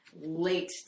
late